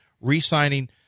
re-signing